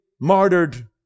martyred